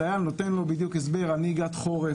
הדייל נותן לו בדיוק הסבר על נהיגת חורף,